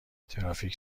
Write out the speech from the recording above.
ترافیک